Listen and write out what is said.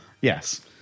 Yes